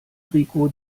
rico